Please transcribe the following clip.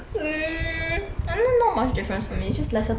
I mean not much difference for me it's just lesser place to go